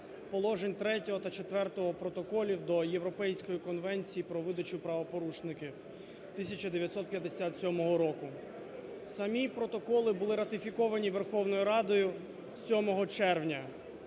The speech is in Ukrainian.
та Четвертого протоколів до Європейської конвенції про видачу правопорушників 1957 року. Самі протоколи були ратифіковані Верховною Радою 7 червня.